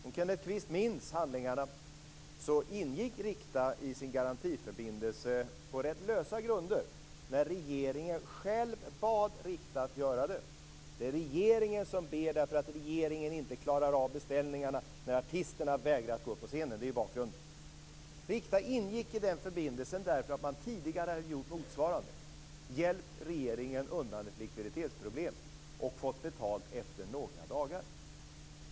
Om Kenneth Kvist minns handlingarna så ingick Rikta i sin garantiförbindelse på rätt lösa grunder - när regeringen själv bad Rikta att göra det. Det är regeringen som ber därför att regeringen inte klarar av beställningarna när artisterna vägrar att gå upp på scenen. Det är ju det som är bakgrunden. Rikta ingick i den förbindelsen därför att man tidigare hade gjort motsvarande, dvs. hjälpt regeringen undan ett likviditetsproblem och fått betalt efter några dagar.